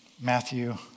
Matthew